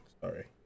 Sorry